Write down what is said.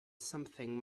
something